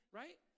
right